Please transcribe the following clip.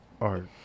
art